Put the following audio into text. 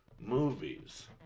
movies